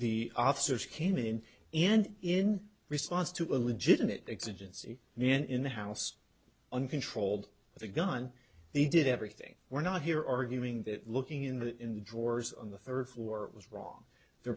the officers came in and in response to a legitimate accidents in the house uncontrolled with a gun they did everything we're not here arguing that looking in the in the drawers on the third floor was wrong they're